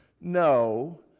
No